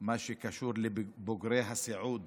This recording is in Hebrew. מה שקשור לבוגרי הסיעוד